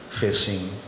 facing